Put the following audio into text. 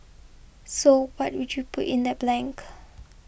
so what would you put in that blank